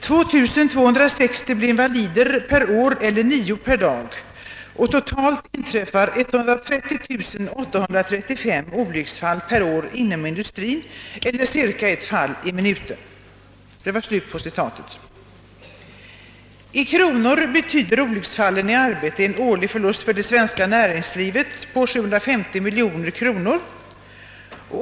2260 blir invalider per år eller 9 per dag, totalt inträffar 130 835 olycksfall per år inom industrin eller ca 1 fall i minuten.» I kronor betyder olycksfallen i arbetet en årlig förlust för det svenska näringslivet på 750 miljoner kronor.